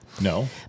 No